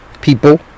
people